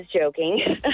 joking